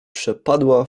przepadła